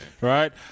right